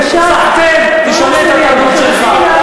סחתיין, תשנה את התרבות שלך.